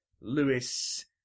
Lewis